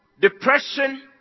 Depression